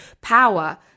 power